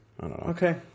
okay